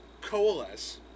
coalesce